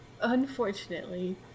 Unfortunately